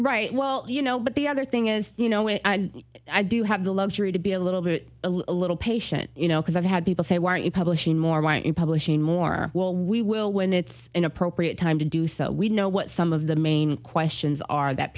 right well you know but the other thing is you know if i do have the luxury to be a little bit a little patient you know because i've had people say why are you publishing more why in publishing more well we will when it's an appropriate time to do so we know what some of the main questions are that